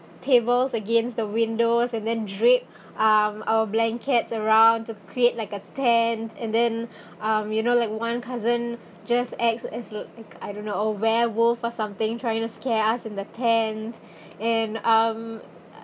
tables against the windows and then drape um our blankets around to create like a tent and then um you know like one cousin just acts as a as I don't know a werewolf or something trying to scare us in the tent and um